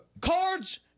Cards